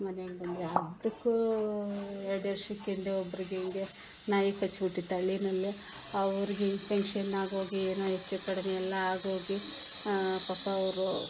ಮನೆಗೆ ಬಂದರೆ ಅದಕ್ಕೂ ಎರಡು ವರ್ಷಕ್ಕಿಂದೆ ಒಬ್ಬರಿಗೆ ಹೀಗೆ ನಾಯಿ ಕಚ್ಬಿಟ್ಟಿತು ಹಳ್ಳಿಯಲ್ಲಿ ಅವರಿಗೆ ಇಂಪೆನ್ಷನ್ ಆಗಿ ಹೋಗಿ ಏನೋ ಹೆಚ್ಚು ಕಡಿಮೆ ಎಲ್ಲ ಆಗಿ ಹೋಗಿ ಪಾಪ ಅವರು